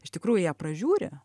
iš tikrųjų ją pražiūri